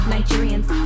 Nigerians